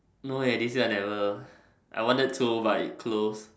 no eh this week I never I wanted to but it's closed